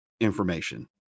information